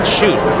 Shoot